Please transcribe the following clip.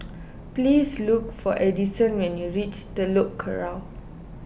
please look for Edison when you reach Telok Kurau